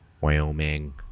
Wyoming